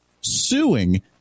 suing